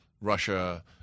Russia